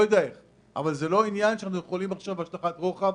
זה לא עניין שאנחנו יכולים עכשיו בהשלכת רוחב.